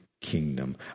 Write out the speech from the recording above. kingdom